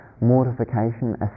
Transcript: mortification